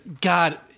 God